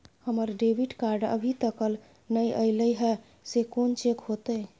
हमर debit card अभी तकल नय अयले हैं, से कोन चेक होतै?